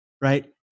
right